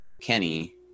Kenny